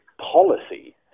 policy